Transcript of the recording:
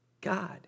God